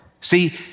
See